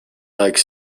like